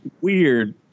weird